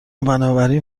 بنابراین